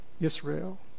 Israel